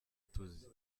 tuzi